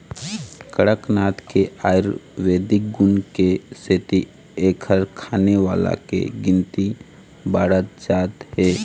कड़कनाथ के आयुरबेदिक गुन के सेती एखर खाने वाला के गिनती बाढ़त जात हे